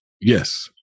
Yes